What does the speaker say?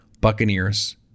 Buccaneers